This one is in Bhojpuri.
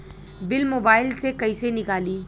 बिल मोबाइल से कईसे निकाली?